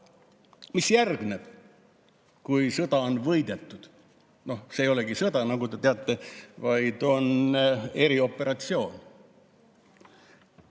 Mis järgneb, kui sõda on võidetud? No see ei olegi sõda, nagu te teate, vaid on erioperatsioon.